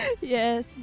Yes